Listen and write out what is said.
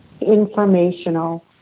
informational